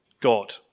God